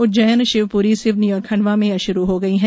उज्जैन शिवपुरी सिवनी और खंडवा में यह शुरू हो गई हैं